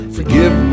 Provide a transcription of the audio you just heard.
Forgive